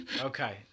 Okay